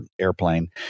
airplane